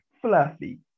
fluffy